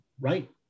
right